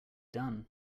done